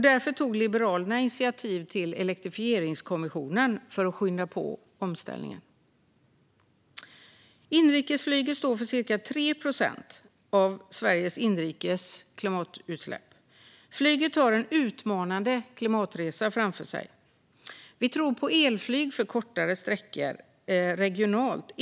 Därför tog Liberalerna initiativ till elektrifieringskommissionen för att skynda på omställningen. Inrikesflyget står för ca 3 procent av Sveriges inrikes klimatutsläpp. Flyget har en utmanande klimatresa framför sig. Vi tror på elflyg för kortare sträckor regionalt.